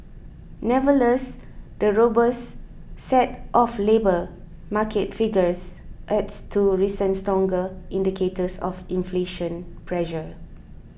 nevertheless the robust set of labour market figures adds to recent stronger indicators of inflation pressure